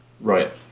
Right